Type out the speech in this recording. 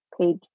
page